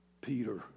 Peter